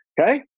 Okay